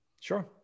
Sure